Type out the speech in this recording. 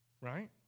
right